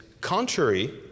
Contrary